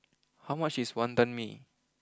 how much is Wantan Mee